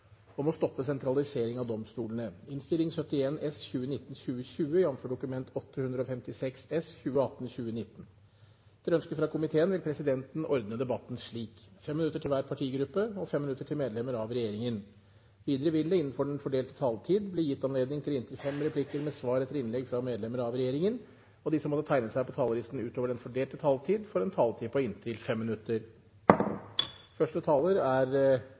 vil presidenten ordne debatten slik: 5 minutter til hver partigruppe og 5 minutter til medlemmer av regjeringen. Videre vil det – innenfor den fordelte taletid – bli gitt anledning til inntil fem replikker med svar etter innlegg fra medlemmer av regjeringen, og de som måtte tegne seg på talerlisten utover den fordelte taletid, får en taletid på inntil 3 minutter. Første taler er,